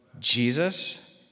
Jesus